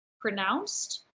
pronounced